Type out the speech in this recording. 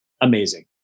amazing